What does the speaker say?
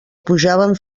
pujaven